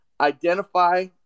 identify